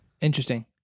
Interesting